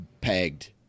pegged